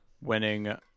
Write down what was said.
winning